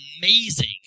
amazing